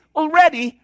already